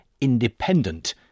independent